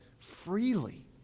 Freely